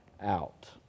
out